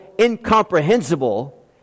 incomprehensible